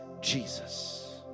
Jesus